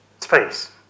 space